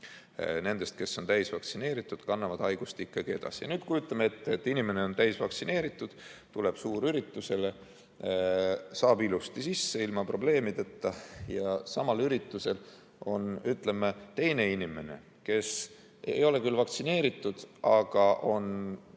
nendest, kes on täisvaktsineeritud, kannavad haigust ikkagi edasi. Kujutame nüüd ette, et inimene on täisvaktsineeritud, tuleb suurüritusele, saab ilusti ilma probleemideta sisse ja samal üritusel on teine inimene, kes ei ole vaktsineeritud, aga on